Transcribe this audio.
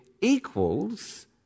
equals